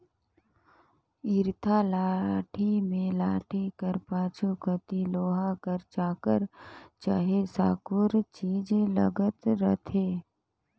इरता लाठी मे लाठी कर पाछू कती लोहा कर चाकर चहे साकुर चीज लगल रहथे